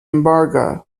embargo